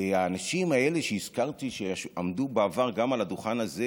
והאנשים האלה שהזכרתי, שעמדו בעבר גם על הדוכן הזה